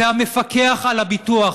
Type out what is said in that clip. זה המפקח על הביטוח.